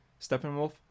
steppenwolf